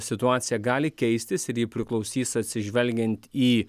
situacija gali keistis ir ji priklausys atsižvelgiant į